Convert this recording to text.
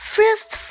First